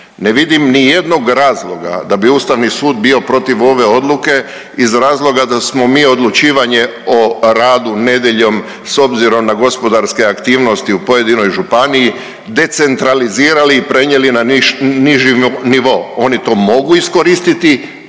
Ne vidim nijednog razloga da bi ustavni sud bio protiv ove odluke iz razloga da smo mi odlučivanje o radu nedjeljom s obzirom na gospodarske aktivnosti u pojedinoj županiji decentralizirali i prenijeli na niži nivo, oni to mogu iskoristiti,